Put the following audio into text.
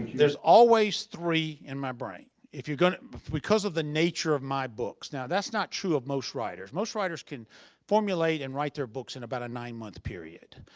there's always three in my brain. you know because of the nature of my books now that's not true of most writers. most writers can formulate and write their books in about a nine month period.